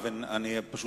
ונקבל